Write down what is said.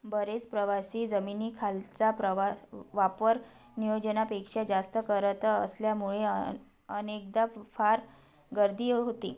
बरेच प्रवासी जमिनीखालचा प्रवा वापर नियोजनापेक्षा जास्त करतं असल्यामुळे अन अनेकदा फार गर्दी होती